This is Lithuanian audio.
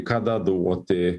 kada duoti